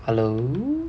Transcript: hello